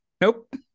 nope